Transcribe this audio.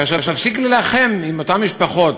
כאשר נפסיק להילחם באותן משפחות